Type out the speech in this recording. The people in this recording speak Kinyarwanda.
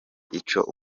ico